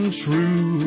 true